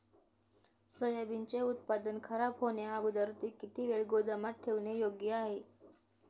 सोयाबीनचे उत्पादन खराब होण्याअगोदर ते किती वेळ गोदामात ठेवणे योग्य आहे?